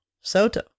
Soto